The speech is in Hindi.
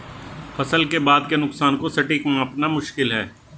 फसल के बाद के नुकसान को सटीक मापना मुश्किल है